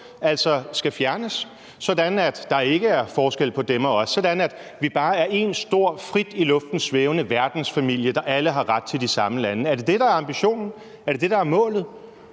skal fjernes, sådan at der ikke er en forskel på »dem« og »os«, og sådan at vi bare er én stor frit i luften svævende verdensfamilie, der alle har ret til de samme lande? Er det det, der er ambitionen? Er det det, der er målet?